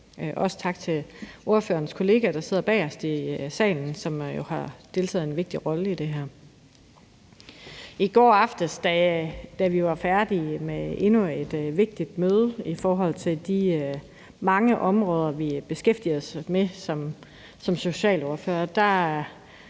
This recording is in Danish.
Også tak til ordførerens kollega, der sidder bagest i salen, og som jo har haft en vigtig rolle i det her. I går aftes, da vi var færdige med endnu et vigtigt møde i forhold til de mange områder, vi beskæftiger os med som socialordførere,